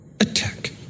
Attack